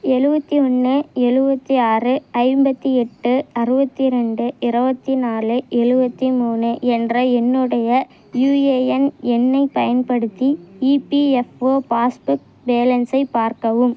எலுபத்தி ஒன்று எலுபத்தி ஆறு ஐம்பத்து எட்டு அறுபத்தி ரெண்டு இரபத்தி நாலு எழுபத்தி மூணு என்ற என்னுடைய யூஏஎன் எண்ணைப் பயன்படுத்தி இபிஎஃப்ஒ பாஸ்புக் பேலன்ஸை பார்க்கவும்